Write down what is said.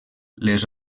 les